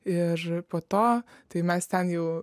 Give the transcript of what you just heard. ir po to tai mes ten jau